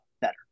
better